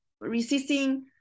resisting